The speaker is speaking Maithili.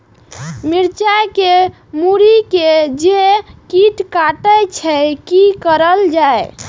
मिरचाय के मुरी के जे कीट कटे छे की करल जाय?